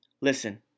Listen